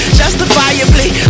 justifiably